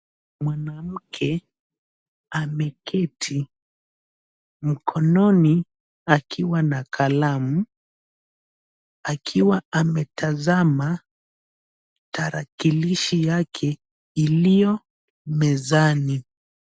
Mwanamke ameketi, mkononi akiwa na kalamu akiwa ametazama tarakilishi yake iliyo mezani.